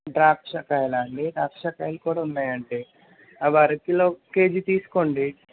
ద్రాక్షా కాయలా అండి ద్రాక్షా కాయలు కూడా ఉన్నాయి అండి అవి అరకిలో కేజీ తీసుకోండి